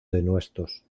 denuestos